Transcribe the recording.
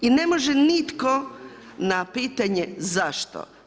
I ne može nitko, na pitanje zašto?